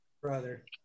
Brother